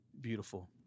beautiful